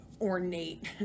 ornate